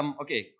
okay